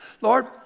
Lord